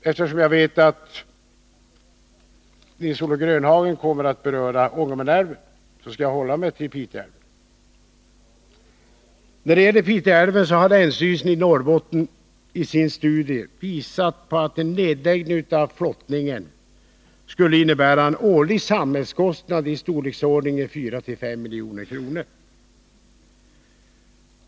Eftersom jag vet att Nils-Olof Grönhagen kommer att beröra Ångermanälven, skall jag hålla mig till Pite älv. Beträffande Pite älv har länsstyrelsen i Norrbotten i sin studie visat att en nedläggning av flottningen skulle innebära en årlig samhällskostnad i storleksordningen 4-5 milj.kr.